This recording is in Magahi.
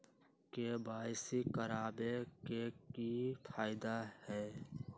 के.वाई.सी करवाबे के कि फायदा है?